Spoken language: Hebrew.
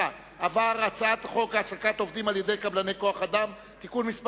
על הצעת חוק העסקת עובדים על-ידי קבלני כוח-אדם (תיקון מס'